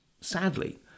sadly